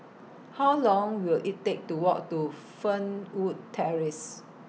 How Long Will IT Take to Walk to Fernwood Terrace